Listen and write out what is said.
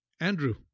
Andrew